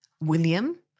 William